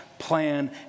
plan